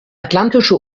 atlantische